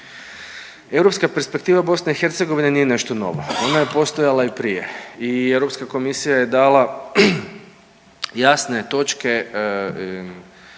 Europska perspektiva BiH nije nešto novo, ona je postojala i prije i Europska komisija je dala jasne točke